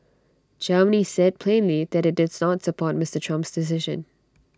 Germany said plainly that IT does not support Mister Trump's decision